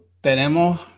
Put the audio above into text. tenemos